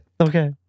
Okay